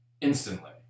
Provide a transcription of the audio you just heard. Instantly